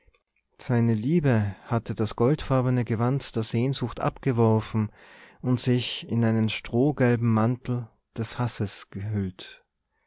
seine liebe hatte das goldfarbene gewand der sehnsucht abgeworfen und sich in den strohgelben mantel des hasses gehüllt